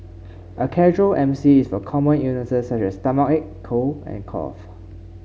a casual MC is for common illness such as stomachache cold and cough